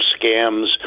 scams